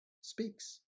speaks